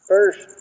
First